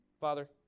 Father